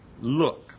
Look